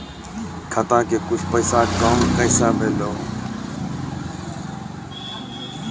खाता के कुछ पैसा काम कैसा भेलौ?